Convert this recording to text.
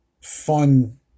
fun